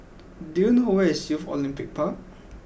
do you know where is Youth Olympic Park